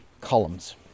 columns